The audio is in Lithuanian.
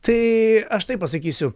tai aš taip pasakysiu